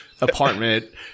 apartment